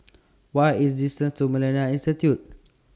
What IS The distance to Millennia Institute